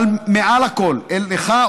אבל מעל לכול לך,